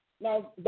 Now